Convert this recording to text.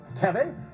kevin